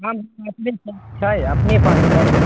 आम आब नहि छै छै अपने पास छै